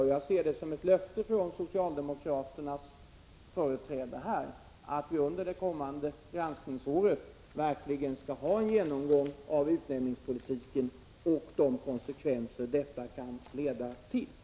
Och jag ser det som ett löfte från socialdemokraternas företrädare här att vi under det kommande granskningsåret verkligen skall ha en genomgång av utnämningspolitiken och de konsekvenser den kan leda till.